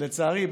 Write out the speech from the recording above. לצערי,